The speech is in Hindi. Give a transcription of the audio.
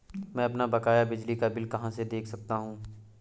मैं अपना बकाया बिजली का बिल कहाँ से देख सकता हूँ?